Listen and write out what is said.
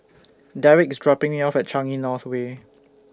Derick IS dropping Me off At Changi North Way